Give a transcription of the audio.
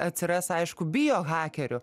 atsiras aišku bio hakerių